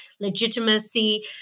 legitimacy